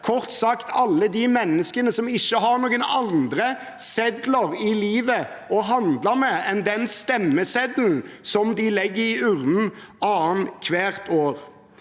kort sagt alle de menneskene som ikke har noen andre sedler i livet å handle med enn den stemmeseddelen som de legger i urnen annet hvert år.